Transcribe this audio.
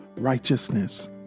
righteousness